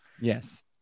Yes